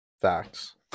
Facts